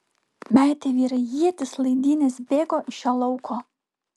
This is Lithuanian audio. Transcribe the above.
metė vyrai ietis laidynes bėgo iš šio lauko